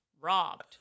robbed